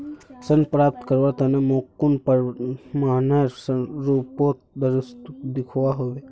ऋण प्राप्त करवार तने मोक कुन प्रमाणएर रुपोत दस्तावेज दिखवा होबे?